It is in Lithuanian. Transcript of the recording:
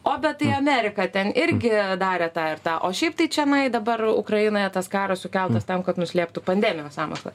o bet tai amerika ten irgi darė tą ir tą o šiaip tai čenai dabar ukrainoje tas karas sukeltas tam kad nuslėptų pandeminį sąmokslą